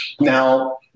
Now